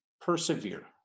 persevere